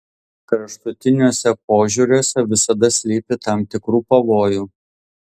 kraštutiniuose požiūriuose visada slypi tam tikrų pavojų